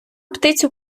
птицю